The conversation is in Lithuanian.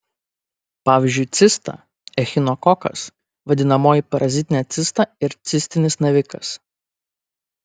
pavyzdžiui cista echinokokas vadinamoji parazitinė cista ir cistinis navikas